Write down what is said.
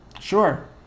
Sure